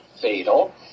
fatal